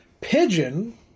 Pigeon